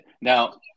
Now